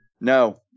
No